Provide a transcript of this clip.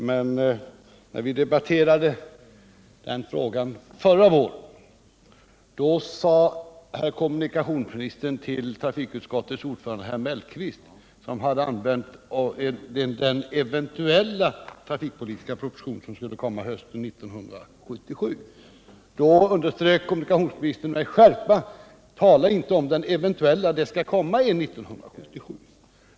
Men när vi debatterade frågan förra våren sade kommunikationsministern med skärpa till trafikutskottets ordförande herr Mellqvist, som hade talat om den ”eventuella trafikpolitiska proposition” som skulle komma hösten 1977: Tala inte om någon eventuell proposition, det skall komma en 1977.